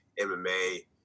MMA